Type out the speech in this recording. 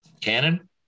Canon